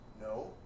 No